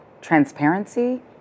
transparency